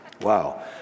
Wow